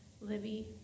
Libby